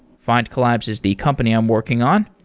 findcollabs is the company i'm working on.